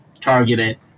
targeted